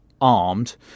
armed